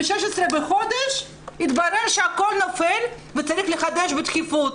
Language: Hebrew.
ב-16 בחודש התברר שהכול נופל וצריך לחדש בדחיפות.